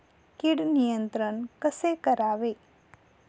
कीड नियंत्रण कसे करावे?